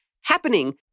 happening